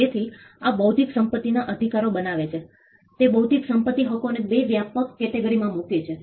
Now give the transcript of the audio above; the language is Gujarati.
તેથી આ બૌદ્ધિક સંપત્તિના અધિકારો બનાવે છે તે બૌદ્ધિક સંપત્તિ હકોને 2 વ્યાપક કેટેગરીમાં મૂકે છે